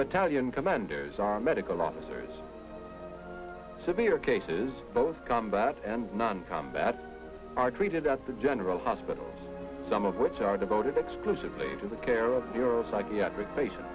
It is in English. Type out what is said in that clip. battalion commanders are medical officers severe cases both combat and non combat are treated at the general hospital some of which are devoted exclusively to the care of your psychiatric patients